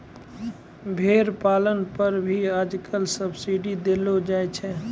भेड़ पालन पर भी आजकल सब्सीडी देलो जाय छै